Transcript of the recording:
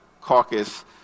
Caucus